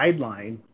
guideline